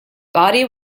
body